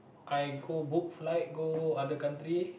I go book flights go other country